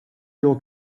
your